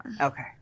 Okay